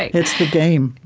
it's the game.